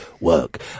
work